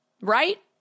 Right